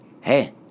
Hey